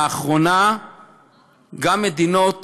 לאחרונה גם מדינות